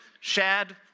Shad